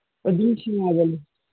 ꯑꯗꯨꯝ